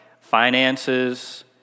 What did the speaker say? finances